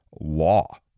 law